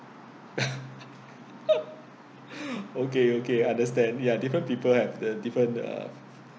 okay okay understand ya different people have the different uh